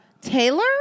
Taylor